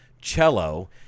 cello